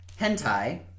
Hentai